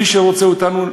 מי שרוצה אותנו,